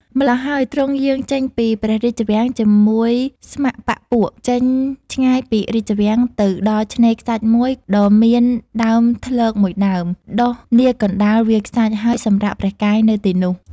ម្ល៉ោះហើយ ទ្រង់យាងចេញពីព្រះរាជវាំងជាមួយស្ម័គ្របក្សពួក ចេញឆ្ងាយពីរាជវាំងទៅដល់ឆ្នេរខ្សាច់មួយ ដ៏មានដើមធ្លកមួយដើម ដុះនាកណ្តាលវាលខ្សាច់ ហើយសម្រាកព្រះកាយនៅទីនោះ ។